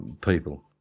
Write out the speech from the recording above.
people